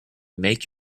make